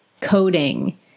coding